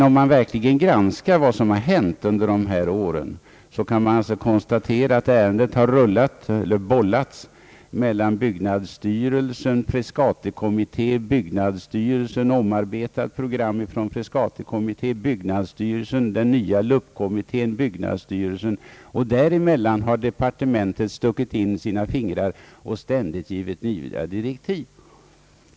Om man verkligen granskar vad som har hänt under de här åren kan man konstatera att ärendet har bollats fram och tillbaka mellan byggnadsstyrelsen, Frescatikommittén, byggnadsstyrelsen, Frescatikommittén efter ett av kommittén omarbetat program, byggnadsstyrelsen, den nya Lup-kommittén och byggnadsstyrelsen. Däremellan har departementet stuckit in sina fingrar och ständigt givit nya direktiv.